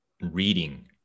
reading